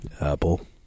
Apple